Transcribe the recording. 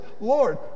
Lord